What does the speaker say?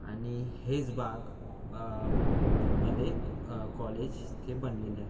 आणि हेच बाक मध्ये कॉलेज थे बनलेलं आहे